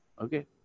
okay